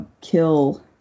kill